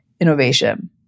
innovation